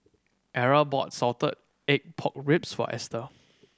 Era bought salted egg pork ribs for Ester